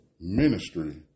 ministry